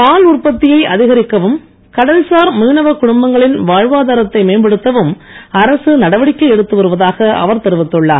பால் உற்பத்தியை அதிகரிக்கவும் கடல்சார் மீனவக் குடும்பங்களின் வாழ்வாதாரத்தை மேம்படுத்தவும் அரசு நடவடிக்கை எடுத்து வருவதாக அவர் தெரிவித்துள்ளார்